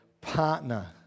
partner